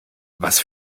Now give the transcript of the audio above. was